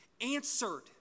answered